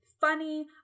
funny